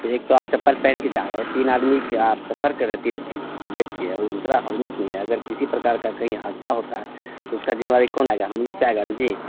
एक तो आप चप्पल पहनकर जा रहे हैं तीन आदमी का सफ़र कर रहे हैं तीन आदमी बैठकर वह दूसरा हेलमेट नहीं है अगर किसी प्रकार का कहीं हादसा होता है तो उसकी जिम्मेवारी कौन आएगा हमलोग पर आएगा ना जी